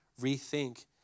rethink